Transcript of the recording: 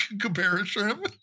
comparison